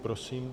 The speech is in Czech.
Prosím.